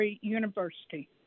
university